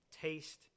taste